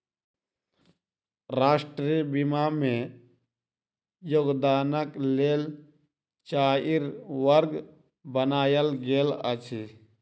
राष्ट्रीय बीमा में योगदानक लेल चाइर वर्ग बनायल गेल अछि